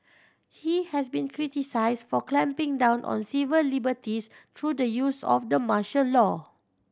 he has been criticised for clamping down on civil liberties through the use of the martial law